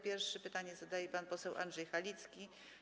Pierwszy pytanie zadaje pan poseł Andrzej Halicki.